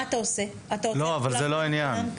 לא זה העניין.